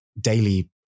daily